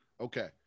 Okay